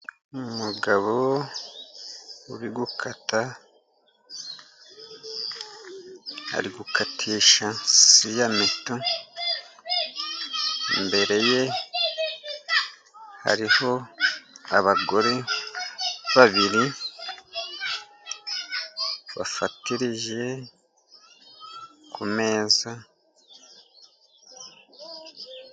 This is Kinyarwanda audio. Umugabo uri gukata. Ari gukatisha siyameto. Imbere ye hariho abagore babiri bafatirije ku meza.